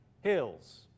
hills